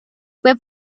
fue